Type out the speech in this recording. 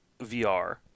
VR